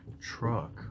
truck